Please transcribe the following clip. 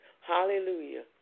Hallelujah